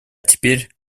теперь